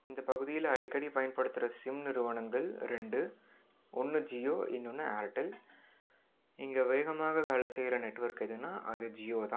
இந்த பகுதியில் அடிக்கடி பயன்படுத்துகிற சிம் நிறுவனங்கள் ரெண்டு ஒன்று ஜியோ இன்னொன்று ஆர்டெல் இங்கே வேகமாக வேலை செய்யுற நெட்வொர்க் எதுனா அது ஜியோ தான்